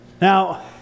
Now